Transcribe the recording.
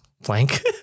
blank